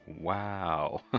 Wow